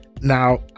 Now